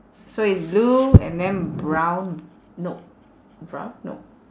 so it's blue and then brown nope brown nope